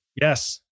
yes